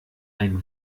ein